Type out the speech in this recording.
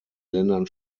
ländern